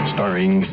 Starring